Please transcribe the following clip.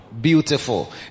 Beautiful